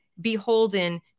beholden